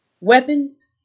weapons